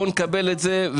בואו נקבל את זה.